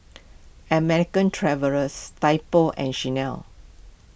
American Travellers Typo and Chanel